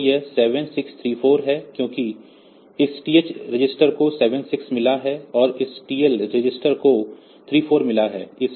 तो यह 7634 है क्योंकि इस TH रजिस्टर को 7 6 मिला है और इस TL रजिस्टर को 3 4 मिला है